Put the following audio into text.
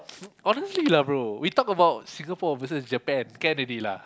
honestly lah bro we talk about Singapore versus Japan can already lah